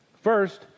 First